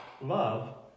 love